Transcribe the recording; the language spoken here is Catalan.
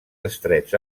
estrets